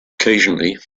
occasionally